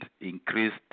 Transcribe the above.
increased